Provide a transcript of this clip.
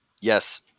yes